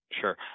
Sure